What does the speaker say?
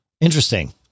Interesting